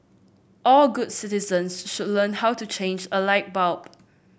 all good citizens should learn how to change a light bulb